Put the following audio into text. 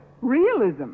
Realism